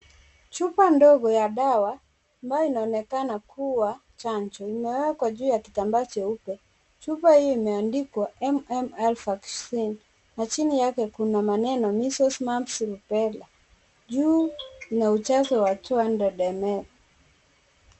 Chupa ndogo ya dawa ambayo inaonekana kuwa chanjo imewekwa juu ya kitambaa cheupe. Chupa hiyo imeandikwa MMR vaccine na chini yake kuna maneno Measles, Mumps Rubella. Juu ina ujazo wa 200 ml .